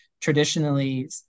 traditionally